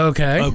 Okay